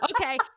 Okay